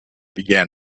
began